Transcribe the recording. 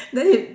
then you